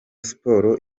siporo